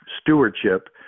stewardship